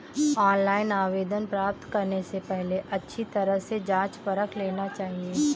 online आवेदन प्राप्त करने से पहले अच्छी तरह से जांच परख लेना चाहिए